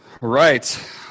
right